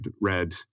read